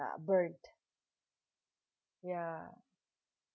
uh burnt ya